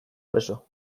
preso